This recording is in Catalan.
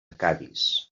cadis